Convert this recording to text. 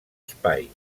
espai